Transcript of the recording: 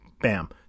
Bam